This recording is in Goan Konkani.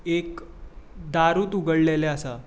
एक दारूट उगडलेंलें आसा